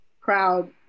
proud